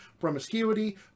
promiscuity